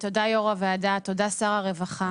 תודה יו"ר הוועדה, תודה שר הרווחה.